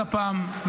עוד הפעם,